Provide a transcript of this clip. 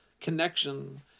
connection